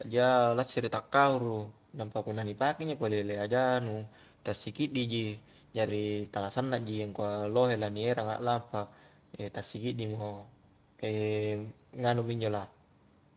bajjia lassiri takkahuru nampa punna ni pake injo pole ilea ja, nu tassikiddi ji jari tala sanna ji angkua lohe la ni erang a'lampa ta sikiddi mo nganu mi injo la